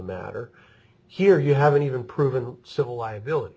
matter here you haven't even proven a civil liability